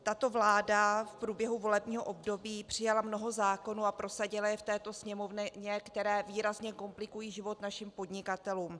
Tato vláda v průběhu volebního období přijala mnoho zákonů, a prosadila je v této Sněmovně, které výrazně komplikují život našim podnikatelům.